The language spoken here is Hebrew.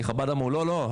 כי חב"ד אמרו 'לא לא,